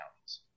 counties